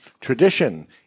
tradition